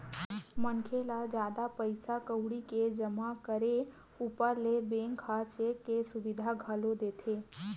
मनखे ल जादा पइसा कउड़ी के जमा करे ऊपर ले बेंक ह चेक के सुबिधा घलोक देथे